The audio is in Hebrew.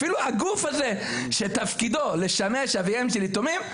אפילו הגוף הזה שתפקידו לשמש אביהם של יתומים,